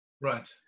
Right